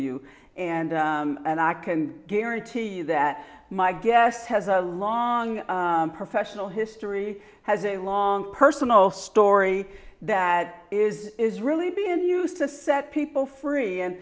you and and i can guarantee you that my guest has a long professional history has a long personal story that is is really being used to set people free and